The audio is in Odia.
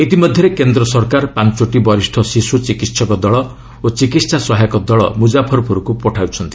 ଇତିମଧ୍ୟରେ କେନ୍ଦ୍ର ସରକାର ପାଞ୍ଚୋଟି ବରିଷ୍ଠ ଶିଶୁ ଚିକିତ୍ସକ ଦଳ ଓ ଚିକିତ୍ସା ସହାୟକ ଦଳ ମୁଜାଫରପୁରକୁ ପଠଉଛନ୍ତି